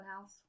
house